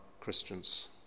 Christians